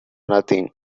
nothing